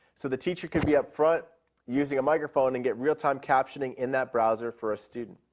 so the teacher could be upfront using a microphone and get real time captioning in that browser for a student.